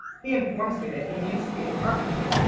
he informs me that he means to be a carpenter,